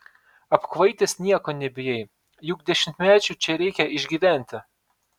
apkvaitęs nieko nebijai juk dešimtmečiui čia reikia išgyventi